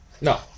No